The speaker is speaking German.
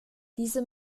diese